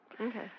Okay